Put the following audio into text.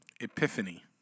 Epiphany